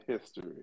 history